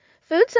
food